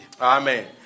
Amen